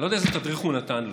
אני לא יודע איזה תדריך הוא נתן לו,